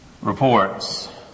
reports